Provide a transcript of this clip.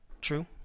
True